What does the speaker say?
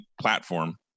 platform